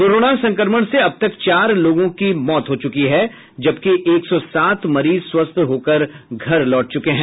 corona संक्रमण से अब तक चार लोगों की मौत हो चुकी है जबकि एक सौ सात मरीज स्वस्थ होकर घर लौट चुके हैं